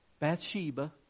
Bathsheba